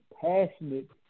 passionate